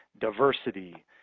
diversity